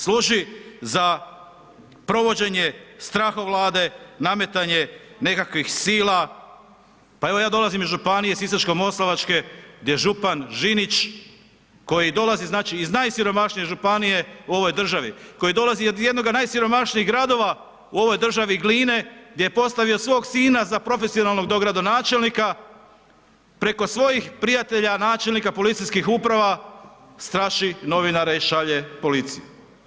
Služi za provođenje strahovlade, nametanje nekakvih sila pa evo ja dolazim županijske Sisačko-moslavačke gdje župan Žinić koji dolazi iz najsiromašnije županije u ovoj državi, koji dolazi iz jednog od najsiromašnijih gradova u ovoj državi, Gline, gdje je postavio svog sina za profesionalnog dogradonačelnika preko svojih prijatelja načelnika policijskih uprava, straši novinare i šalje policiju.